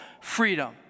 freedom